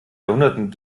jahrhunderten